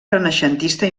renaixentista